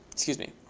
excuse me,